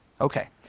Okay